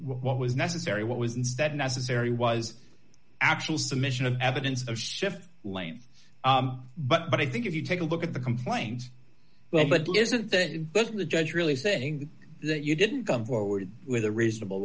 what was necessary what was instead necessary was actual submission of evidence of shift blame but i think if you take a look at the complaint well but isn't that the judge really saying that you didn't come forward with a reasonable